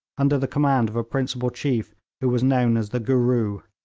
under the command of a principal chief who was known as the gooroo.